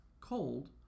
cold